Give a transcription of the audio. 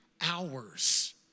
hours